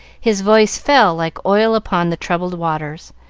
his voice fell like oil upon the troubled waters,